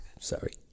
Sorry